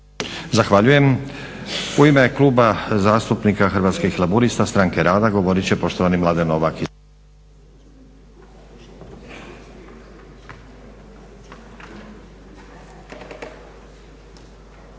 Zahvaljujem. U ime Kluba zastupnika Hrvatskih laburista – stranke rada govorit će poštovani Mladen Novak.